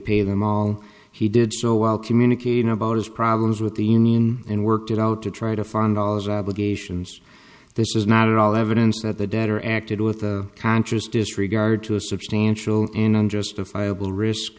pay them all he did so while communicating about his problems with the union and worked it out to try to find dollars obligations this is not at all evidence that the debtor acted with a conscious disregard to a substantial and unjustifiable risk